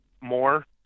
more